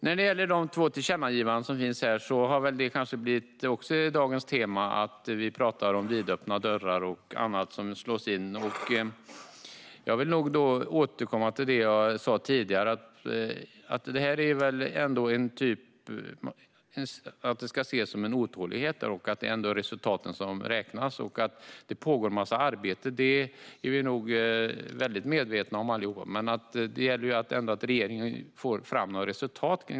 När det gäller de två tillkännagivandena har det kanske blivit dagens tema att vi talar om vidöppna dörrar som slås in. Jag vill återkomma till det som jag sa tidigare om att detta ändå ska ses som en otålighet och att det ändå är resultaten som räknas. Att det pågår en massa arbete är vi nog mycket medvetna om allihop. Men det gäller ändå att regeringen får fram något resultat.